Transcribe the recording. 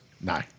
No